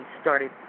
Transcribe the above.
started